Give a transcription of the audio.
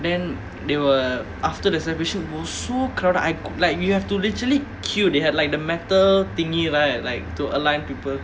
then they were after the celebration was so crowded I like we have to literally queue they had like the metal thingy right like to align people